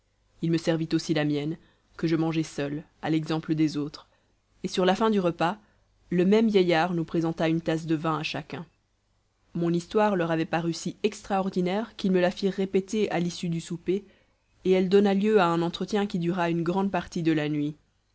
il me servit aussi la mienne que je mangeai seul à l'exemple des autres et sur la fin du repas le même vieillard nous présenta une tasse de vin à chacun mon histoire leur avait paru si extraordinaire qu'ils me la firent répéter à l'issue du souper et elle donna lieu à un entretien qui dura une grande partie de la nuit